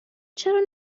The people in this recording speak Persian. چرا